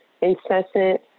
incessant